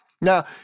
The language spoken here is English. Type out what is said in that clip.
Now